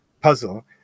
puzzle